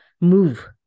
move